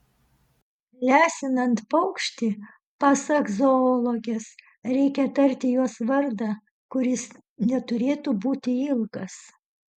lesinant paukštį pasak zoologės reikia tarti jos vardą kuris neturėtų būti ilgas